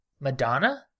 Madonna